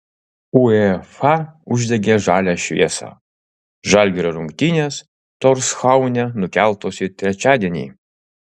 uefa uždegė žalią šviesą žalgirio rungtynės torshaune nukeltos į trečiadienį